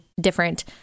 different